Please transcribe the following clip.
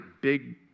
big